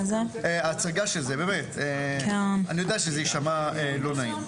יודע שזה ישמע לא נעים,